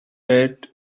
met